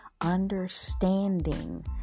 Understanding